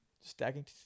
Stacking